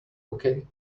okay